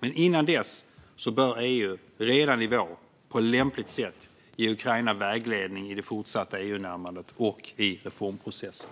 Men innan dess bör EU redan i vår på lämpligt sätt ge Ukraina vägledning i det fortsatta EU-närmandet och i reformprocessen.